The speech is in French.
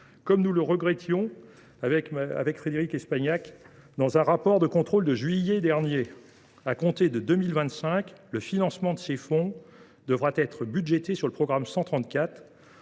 comme nous le regrettions, avec Frédérique Espagnac, dans un rapport de contrôle de juillet dernier. À compter de 2025, le financement de ces fonds devra être budgété sur le programme 134.